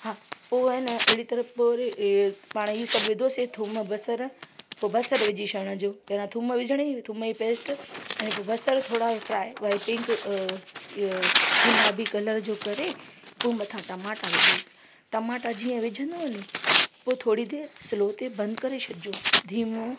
हा पोइ आहे न अहिड़ी तरह पोइ वरी इहा पाण ई विधोसीं थूम बसर पोइ बसर विझी छॾण जो पहिरां थूम विझण ई थूम जी पेस्ट अने पोइ बसर थोरा फ्राए भाई पिंक इअ गुलाबी कलर जो करे पोइ मथां टमाटा विझोसि टमाटा जीअं विझंदव नी पोइ थोरी देरि स्लो ते बंदि करे छॾिजो धीमो